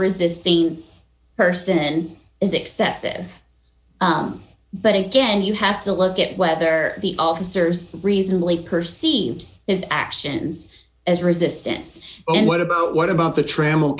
resisting person is excessive but again you have to look at whether the officers reasonably perceived as actions as resistance oh and what about what about the tr